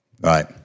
right